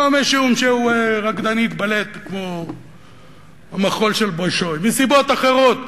לא משום שהוא רקדנית בלט במחול של "בולשוי"; מסיבות אחרות,